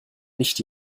nicht